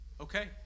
okay